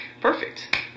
Perfect